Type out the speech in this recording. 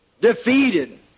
Defeated